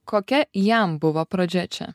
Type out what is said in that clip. kokia jam buvo pradžia čia